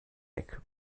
ecke